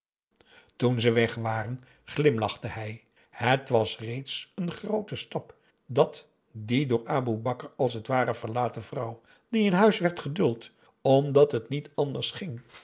toen ze weg waren glimlachte hij het was reeds een groote stap dat die door aboe bakar als het ware verlaten vrouw die in huis werd geduld omdat het niet anders ging